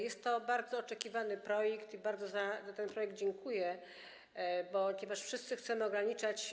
Jest to bardzo oczekiwany projekt i bardzo za ten projekt dziękuję, ponieważ wszyscy chcemy ograniczać.